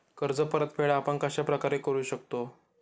कर्ज परतफेड आपण कश्या प्रकारे करु शकतो?